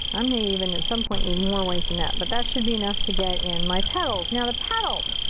i may even, at some point, need even more white than that, but that should be enough to get in my petals. now, the petals.